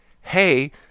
hey